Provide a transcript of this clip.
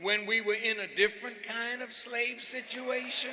when we were in a different kind of slave situation